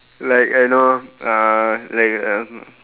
like I know uh like uh